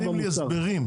אתם נותנים לי הסברים.